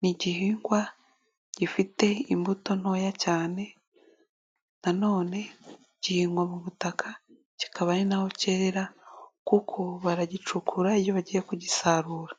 Ni igihingwa gifite imbuto ntoya cyane na none gihingwa mu butaka kikaba ari naho cyerera kuko baragicukura iyo bagiye kugisarura.